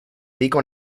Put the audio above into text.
pico